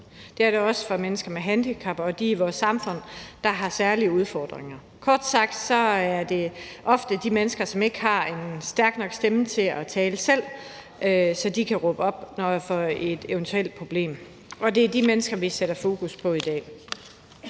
Det er det også for mennesker med handicap og dem i vores samfund, der har særlige udfordringer. Kort sagt er det ofte de mennesker, som ikke har en stærk nok stemme til at tale selv, så de kan råbe op over for et eventuelt problem, og det er de mennesker, vi sætter fokus på i dag.